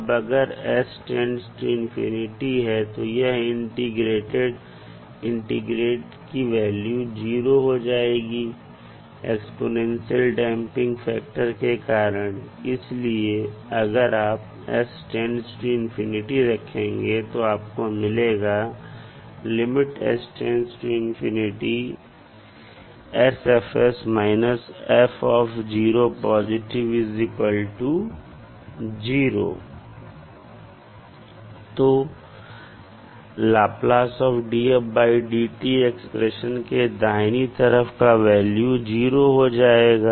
अब अगर s →∞ है तो यह इंटीग्रैंड की वैल्यू 0 हो जाएगी एक्स्पोनेंशियल डैंपिंग फैक्टर के कारण इसलिए अगर आप s →∞ रखेंगे तो आपको मिलेगा तो एक्सप्रेशन के दाहिने तरफ का वैल्यू 0 हो जाएगा